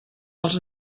els